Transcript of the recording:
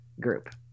group